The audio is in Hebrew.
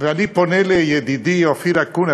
ואני פונה לידידי אופיר אקוניס,